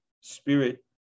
spirit